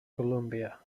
columbia